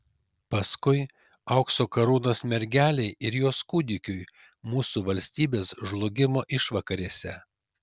paskui aukso karūnos mergelei ir jos kūdikiui mūsų valstybės žlugimo išvakarėse